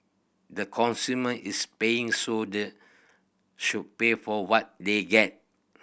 the consumer is paying so they should pay for what they get